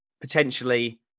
potentially